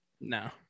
No